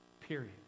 Period